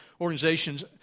organizations